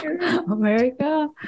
America